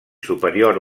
superior